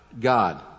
God